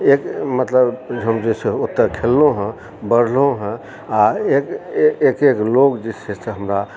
एक मतलब हम जे छै से ओतए खेललहुँ हँ बढ़लहुँ हँ आ एक एक एक लोग जे छै से हमरा